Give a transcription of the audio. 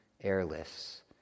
airless